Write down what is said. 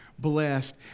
Blessed